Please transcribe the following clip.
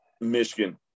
Michigan